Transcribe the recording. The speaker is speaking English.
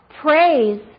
Praise